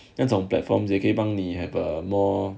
那种 platforms 只可以帮你 have a more